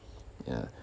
ya